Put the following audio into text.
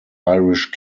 irish